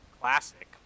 classic